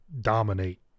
dominate